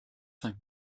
cinq